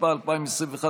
התשפ"א 2021,